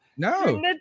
No